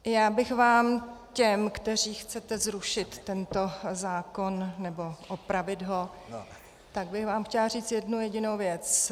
Já bych vám, těm, kteří chcete zrušit tento zákon nebo ho opravit, tak bych vám chtěla říct jednu jedinou věc.